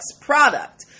product